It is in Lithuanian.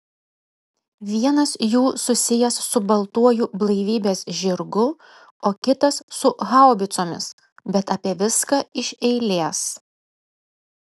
vienas jų susijęs su baltuoju blaivybės žirgu o kitas su haubicomis bet apie viską iš eilės